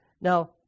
Now